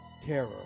Terror